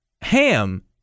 ham